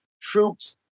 troops